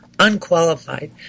unqualified